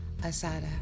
Asada